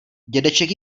dědeček